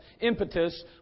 impetus